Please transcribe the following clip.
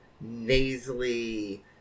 nasally